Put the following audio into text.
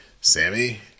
Sammy